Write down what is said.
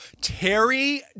Terry